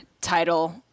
title